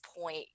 point